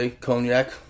Cognac